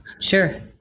Sure